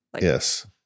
Yes